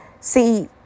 See